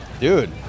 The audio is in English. dude